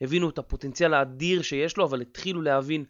הבינו את הפוטנציאל האדיר שיש לו, אבל התחילו להבין.